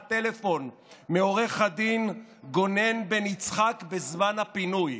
טלפון מעו"ד גונן בן יצחק בזמן הפינוי.